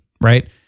Right